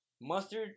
Mustard